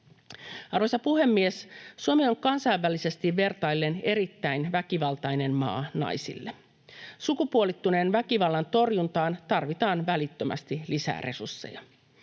Arvoisa puhemies! Suomi on kansainvälisesti vertaillen erittäin väkivaltainen maa naisille. Sukupuolittuneen väkivallan torjuntaan tarvitaan välittömästi lisää resursseja.